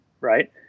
right